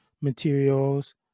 materials